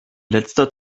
letzter